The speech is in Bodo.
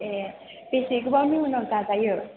ए बेसे गोबावनि उनाव जा जायो